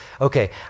Okay